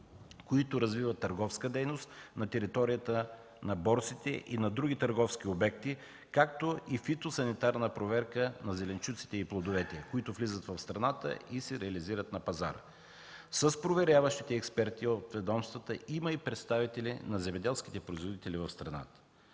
които развиват търговска дейност на територията на борсите и на други търговски обекти, както и фитосанитарна проверка на зеленчуците и плодовете, които влизат в страната и се реализират на пазара. С проверяващите експерти от ведомствата има и представители на земеделските производители в страната.